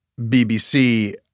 BBC